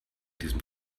diesem